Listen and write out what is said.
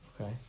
Okay